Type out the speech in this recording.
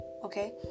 Okay